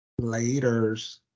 Laters